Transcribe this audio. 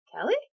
Kelly